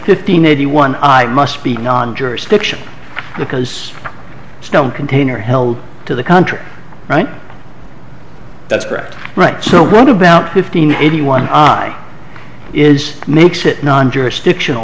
fifteen eighty one i must be non jurisdiction because i don't contain are held to the country right that's correct right so what about fifteen eighty one i is makes it non jurisdiction